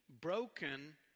broken